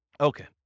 Okay